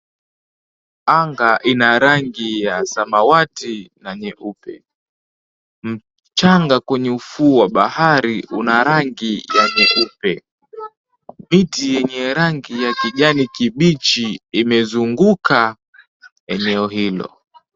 Anga ina rangi ya samawati na nyeupe. Mchanga kwenye ufuo wa bahari una rangi ya nyeupe, miti yenye rangi ya kijani kibichi imezunguka eneo hilo.